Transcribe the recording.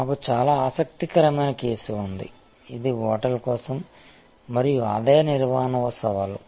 మాకు చాలా ఆసక్తికరమైన కేసు ఉంది ఇది హోటల్ కోసం మరియు ఆదాయ నిర్వహణ సవాలు